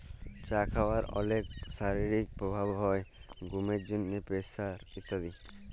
চা খাওয়ার অলেক শারীরিক প্রভাব হ্যয় ঘুমের জন্হে, প্রেসার ইত্যাদি